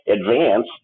advance